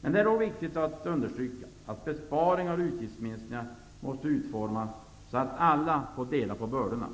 Det är viktigt att understryka att besparingar och utgiftsminskningar måste utformas så att alla får dela på bördorna.